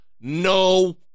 no